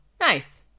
nice